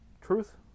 truth